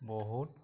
বহুত